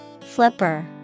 Flipper